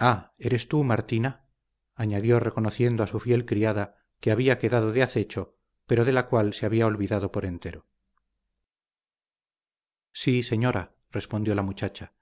ah eres tú martina añadió reconociendo a su fiel criada que había quedado de acecho pero de la cual se había olvidado por entero sí señora respondió la muchacha